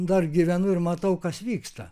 dar gyvenu ir matau kas vyksta